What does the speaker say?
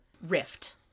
Rift